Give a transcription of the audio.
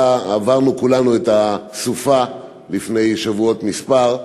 עברנו כולנו את הסופה לפני שבועות מספר.